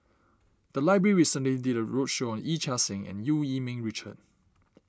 the library recently did a roadshow on Yee Chia Hsing and Eu Yee Ming Richard